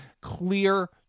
clear